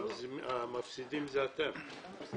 אבל המפסידים זה אתם.